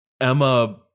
Emma